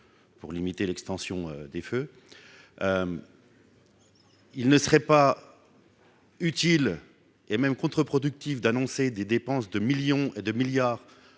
pour limiter l'extension des feux, il ne serait pas utile et même contre-productive d'annoncer des dépenses de millions de milliards